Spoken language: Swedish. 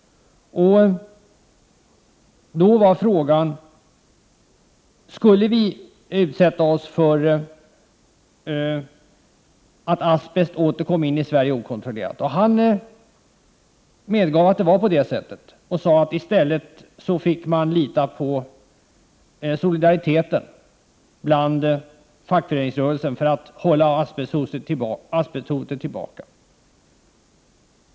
Då var frågan: Skulle vi utsätta oss för att asbest åter kom in i Sverige okontrollerat? Han medgav att det förhöll sig så och sade att man för att hålla asbesthotet tillbaka fick lita på solidariteten inom fackföreningsrörelsen.